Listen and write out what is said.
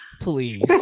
please